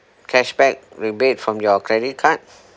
cashback rebate from your credit card